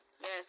Yes